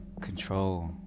control